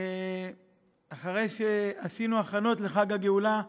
ואחרי שעשינו הכנות לחג הגאולה,